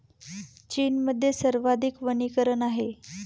चीनमध्ये सर्वाधिक वनीकरण आहे